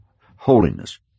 holiness